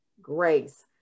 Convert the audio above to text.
grace